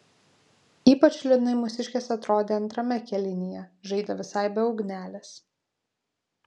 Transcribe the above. ypač liūdnai mūsiškės atrodė antrame kėlinyje žaidė visai be ugnelės